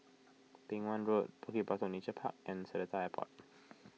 Beng Wan Road Bukit Batok Nature Park and Seletar Airport